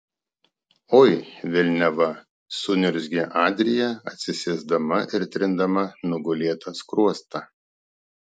oi velniava suniurzgė adrija atsisėsdama ir trindama nugulėtą skruostą